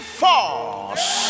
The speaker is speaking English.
force